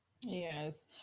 Yes